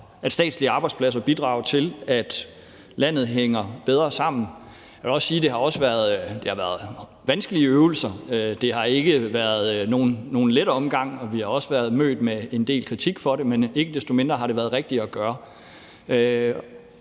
at statslige arbejdspladser bidrager til, at landet hænger bedre sammen. Jeg vil også sige, at det også har været vanskelige øvelser. Det har ikke været nogen let omgang. Vi har også været mødt med en del kritik for det, men ikke desto mindre har det været rigtigt at gøre.